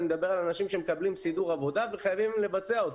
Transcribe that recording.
אני מדבר על אנשים שמקבלים סידור עבודה וחייבים לבצע אותו.